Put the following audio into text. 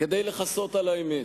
כדי לכסות על האמת.